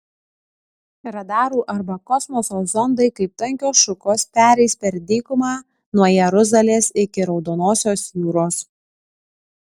radarų arba kosmoso zondai kaip tankios šukos pereis per dykumą nuo jeruzalės iki raudonosios jūros